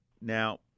Now